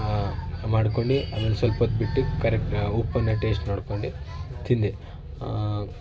ಮಾಡ್ಕೊಂಡು ಆಮೇಲೆ ಸ್ವಲ್ಪ ಹೊತ್ಬಿಟ್ಟು ಕರೆಕ್ಟ್ ಉಪ್ಪನ್ನು ಟೇಸ್ಟ್ ನೋಡ್ಕೊಂಡು ತಿಂದೆ